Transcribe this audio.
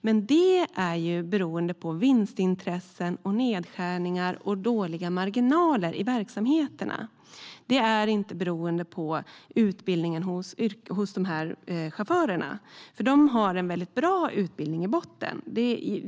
Men detta beror på vinstintressen, nedskärningar och dåliga marginaler i verksamheterna. Det beror inte på chaufförernas utbildning, för de har en bra utbildning i botten.